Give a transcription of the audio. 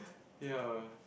yea